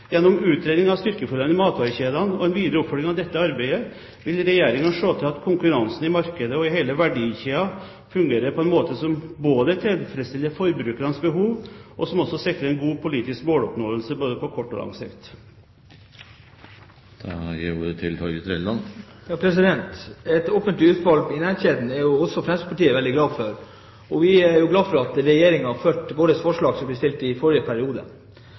Gjennom utredningen av styrkeforholdene i matvarekjedene og videre oppfølging av dette arbeidet vil Regjeringen se til at konkurransen i markedet og i hele verdikjeden fungerer på en måte som både tilfredsstiller forbrukernes behov og sikrer en god politisk måloppnåelse, både på kort og på lang sikt. At et offentlig utvalg skal utrede matvarekjeden, er Fremskrittspartiet veldig glad for. Og vi er glad for at Regjeringen har fulgt våre forslag som ble fremmet i forrige periode.